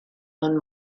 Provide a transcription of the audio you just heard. own